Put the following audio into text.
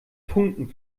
funken